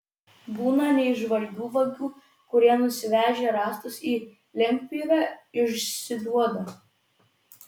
būna neįžvalgių vagių kurie nusivežę rąstus į lentpjūvę išsiduoda